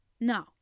No